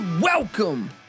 Welcome